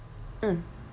mm